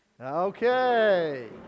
Okay